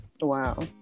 wow